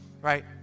right